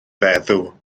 feddw